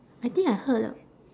I think I heard